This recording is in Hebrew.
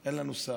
אין לנו שר.